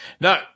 No